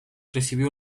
recibió